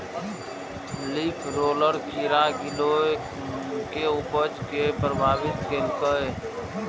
leaf roller कीड़ा गिलोय के उपज कें प्रभावित केलकैए